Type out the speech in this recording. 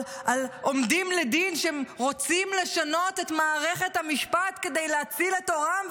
על עומדים לדין שרוצים לשנות את מערכת המשפט כדי להציל את עורם,